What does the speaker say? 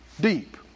Deep